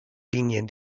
linien